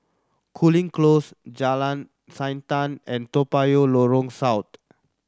Cooling Close Jalan Siantan and Toa Payoh South